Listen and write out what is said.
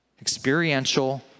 Experiential